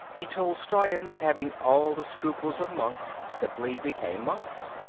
the tolstoyans, having all the scruples of monks, simply became monks.